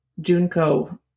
Junco